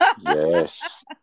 yes